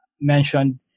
mentioned